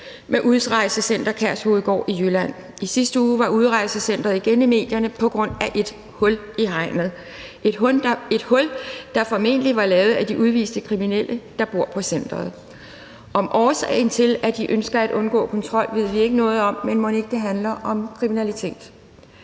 med Udrejsecenter Kærshovedgård i Jylland. I sidste uge var udrejsecenteret igen i medierne på grund af et hul i hegnet – et hul, der formentlig var lavet af de udviste kriminelle, der bor på centeret. Årsagen til, at de ønsker at undgå kontrol, ved vi ikke noget om, men mon ikke det handler om kriminalitet?